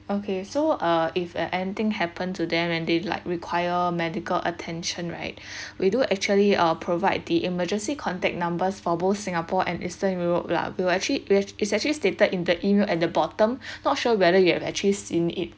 okay so uh if anything happen to them and they like require medical attention right we do actually uh provide the emergency contact numbers for both singapore and eastern europe lah we will actually with its actually stated in the E-mail at the bottom not sure whether you have actually seen it